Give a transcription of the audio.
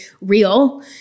real